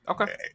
okay